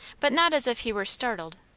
but not as if he were startled,